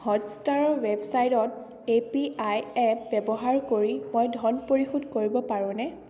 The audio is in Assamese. হটষ্টাৰৰ ৱেবছাইটত এ পি আই এপ ব্যৱহাৰ কৰি মই ধন পৰিশোধ কৰিব পাৰোঁনে